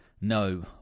No